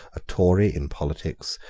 a tory in politics,